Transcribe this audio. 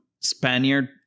spaniard